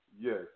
Yes